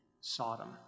Sodom